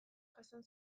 jasan